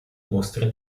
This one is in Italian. mostre